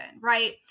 right